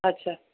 अच्छा